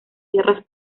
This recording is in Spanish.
tierras